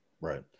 Right